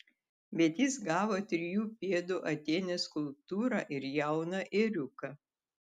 bet jis gavo trijų pėdų atėnės skulptūrą ir jauną ėriuką